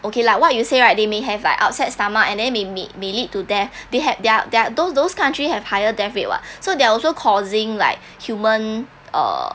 okay lah what you say right they may have like upset stomach and then may may may lead to death they had their their those those country have higher death rate [what] so they're also causing like human err